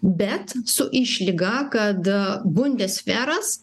bet su išlyga kad bundesveras